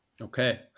Okay